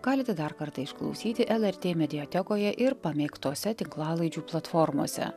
galite dar kartą išklausyti lrt mediatekoje ir pamėgtose tinklalaidžių platformose